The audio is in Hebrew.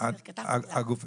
אנחנו